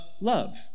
love